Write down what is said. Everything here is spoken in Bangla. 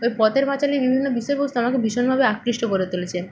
ওই পথের পাঁচালীর বিভিন্ন বিষয়বস্তু আমাকে ভীষণভাবে আকৃষ্ট করে তুলেছে